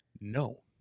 No